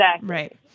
Right